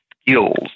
skills